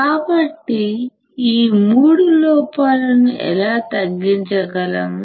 కాబట్టి ఈ మూడు లోపాలను ఎలా తగ్గించగలం